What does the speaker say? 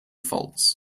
faults